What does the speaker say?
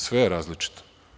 Sve je različito.